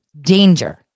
Danger